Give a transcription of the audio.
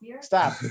stop